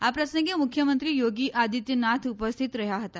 આ પ્રસંગે મુખ્યમંત્રી યોગી આદિત્યનાથ ઉપસ્થિત રહ્યા હતા